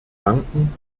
danken